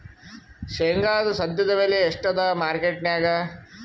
ಶೇಂಗಾದು ಸದ್ಯದಬೆಲೆ ಎಷ್ಟಾದಾ ಮಾರಕೆಟನ್ಯಾಗ?